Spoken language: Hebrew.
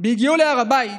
בהגיעו להר הבית,